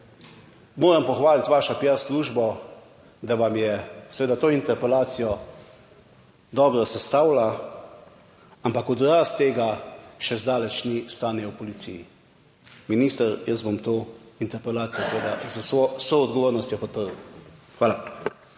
moram pohvaliti vašo piar službo, da vam je seveda to interpelacijo dobro sestavila, ampak odraz tega še zdaleč ni stanje v policiji. Minister, jaz bom to interpelacijo seveda z vso odgovornostjo podprl. Hvala.